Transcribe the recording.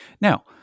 Now